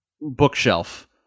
bookshelf